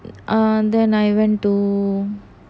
err then I went to